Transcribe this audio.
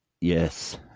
Yes